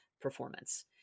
performance